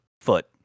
foot